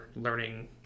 learning